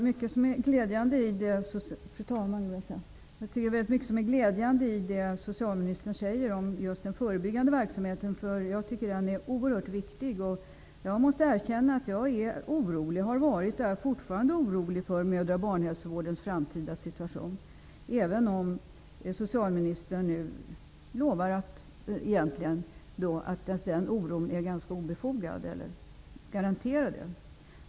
Fru talman! Det är mycket som är glädjande i det socialministern säger om den förebyggande verksamheten, som jag tycker är oerhört viktig. Jag måste erkänna att jag har varit och är fortfarande orolig för mödra och barnhälsovårdens framtida situation, även om socialministern nu egentligen garanterar att den oron är obefogad.